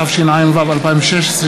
התשע"ו 2016,